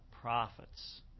prophets